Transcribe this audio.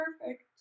perfect